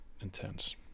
intense